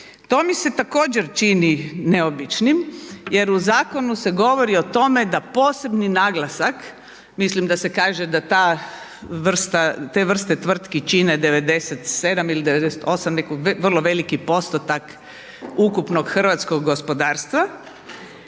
To mi se također čini neobičnim, jer u zakonu se govori o tome da posebni naglasak, mislim da se kaže da te vrste tvrtki čine 97 ili 98, vrlo veliki postotak ukupnog hrvatskog gospodarstva